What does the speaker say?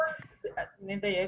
נדייק.